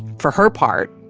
for her part,